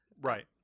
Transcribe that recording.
right